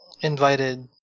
invited